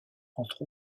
entre